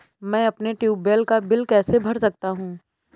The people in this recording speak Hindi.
मैं अपने ट्यूबवेल का बिल कैसे भर सकता हूँ?